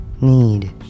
need